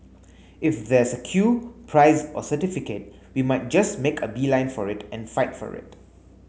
if there's a queue prize or certificate we might just make a beeline for it and fight for it